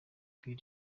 bird